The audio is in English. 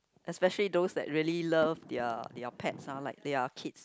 especially those that really love their their pets ah like their kids